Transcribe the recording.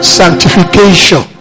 sanctification